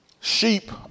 Sheep